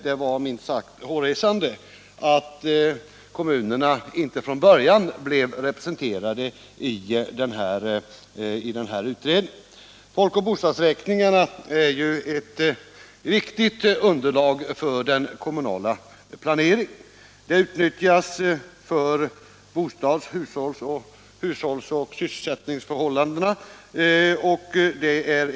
Det var minst sagt hårresande att kommunerna inte från början blev representerade i den här utredningen. Folk och bostadsräkningarna är ju ett viktigt underlag för den komunala planeringen, t.ex. i fråga om bostads-, hushålls och sysselsättningsfrågor.